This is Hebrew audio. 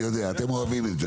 אתם אוהבים את זה.